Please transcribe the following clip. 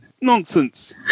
Nonsense